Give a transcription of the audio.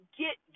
get